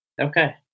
Okay